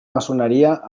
maçoneria